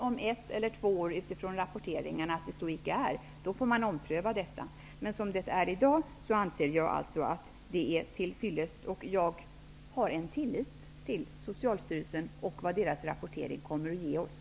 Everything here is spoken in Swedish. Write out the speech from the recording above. Om rapporteringen visar, om ett eller två år, att det icke är till fyllest får man ompröva detta. Jag har en tillit till Socialstyrelsen och vad deras rapportering kommer att ge oss.